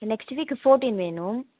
next week fourteen வேணும்